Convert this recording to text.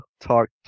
talk